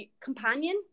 companion